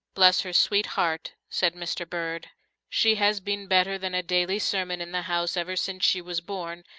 bless her sweet heart, said mr. bird she has been better than a daily sermon in the house ever since she was born,